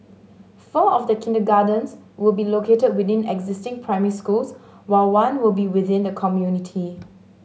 four of the kindergartens will be located within existing primary schools while one will be within the community